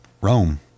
Rome